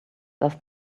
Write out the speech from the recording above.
does